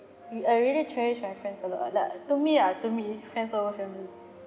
we I really cherish my friends a lot ah like to me ah to me friends over family